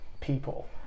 people